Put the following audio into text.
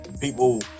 people